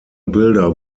bilder